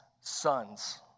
sons